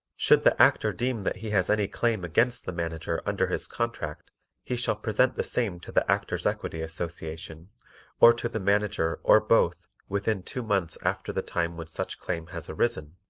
should the actor deem that he has any claim against the manager under his contract he shall present the same to the actors' equity association or to the manager or both within two months after the time when such claim has arisen,